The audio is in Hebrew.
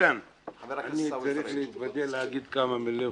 איתן, אני צריך להתוודות ולהגיד כמה מילים.